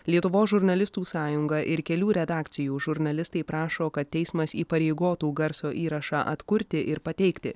lietuvos žurnalistų sąjunga ir kelių redakcijų žurnalistai prašo kad teismas įpareigotų garso įrašą atkurti ir pateikti